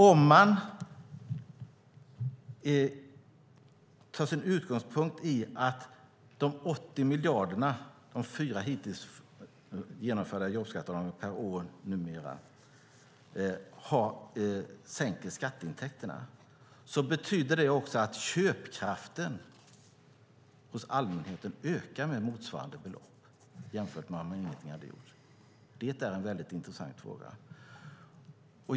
Om man tar sin utgångspunkt i att de 80 miljarderna per år från fyra hittills genomförda jobbskatteavdrag sänker skatteintäkterna betyder det också att köpkraften hos allmänheten ökar med motsvarande belopp. Det är en mycket intressant fråga.